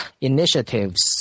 initiatives